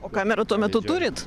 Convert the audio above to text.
o kamerą tuo metu turit